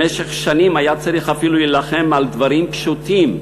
במשך שנים היה צריך אפילו להילחם על דברים פשוטים,